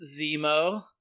Zemo